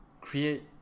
create